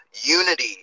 unity